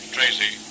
Tracy